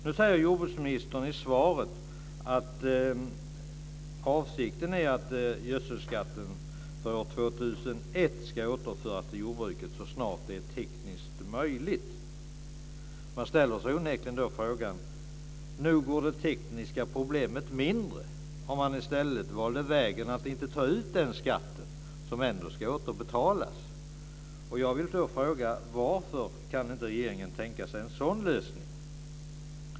Nu säger jordbruksministern i svaret att avsikten är att gödselskatten för år 2001 ska återföras till jordbruket så snart det är tekniskt möjligt. Men nog vore det tekniska problemet mindre om man i stället valde vägen att inte ta ut den här skatten, som ändå ska återbetalas. Jag vill då fråga varför regeringen inte kan tänka sig en sådan lösning.